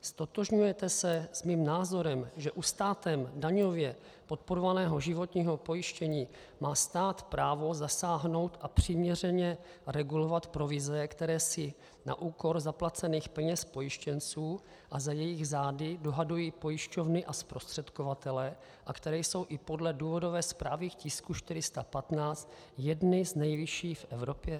Ztotožňujete se s mým názorem, že u státem daňově podporovaného životního pojištění má stát právo zasáhnout a přiměřeně regulovat provize, které si na úkor zaplacených peněz pojištěnců a za jejich zády dohadují pojišťovny a zprostředkovatelé a které jsou i podle důvodové zprávy k tisku 415 jedny z nejvyšších v Evropě?